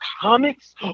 comics